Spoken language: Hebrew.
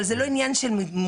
אבל זה לא עניין של מומחים,